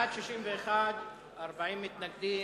, נגד,